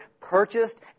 purchased